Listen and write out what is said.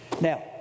now